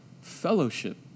fellowship